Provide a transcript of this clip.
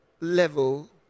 level